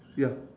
yup